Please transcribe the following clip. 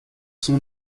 son